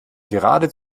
gerade